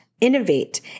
innovate